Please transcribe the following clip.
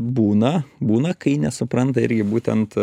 būna būna kai nesupranta irgi būtent